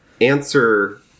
answer